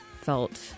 felt